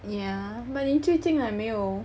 yeah but 你最近 like 没有